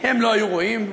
הם לא היו רואים,